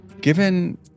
Given